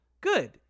good